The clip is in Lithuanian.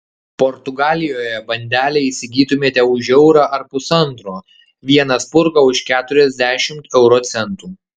portugalijoje bandelę įsigytumėte už eurą ar pusantro vieną spurgą už keturiasdešimt euro centų